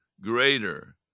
greater